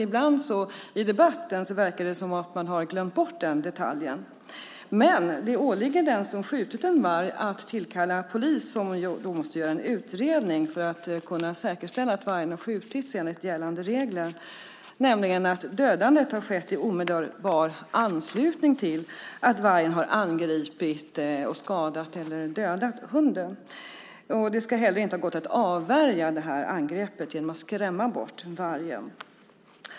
Ibland verkar det som om man har glömt bort den detaljen i debatten. Men det åligger den som skjutit en varg att tillkalla polis som måste göra en utredning för att kunna säkerställa att vargen har skjutits enligt gällande regler, nämligen att dödandet har skett i omedelbar anslutning till att vargen har angripit och skadat eller dödat hunden. Det ska heller inte ha gått att avvärja angreppet genom att skrämma bort vargen.